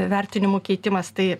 vertinimų keitimas tai